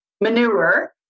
manure